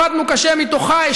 עבדנו קשה מתוכה,